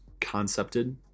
concepted